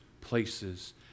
places